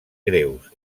greus